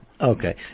Okay